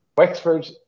Wexford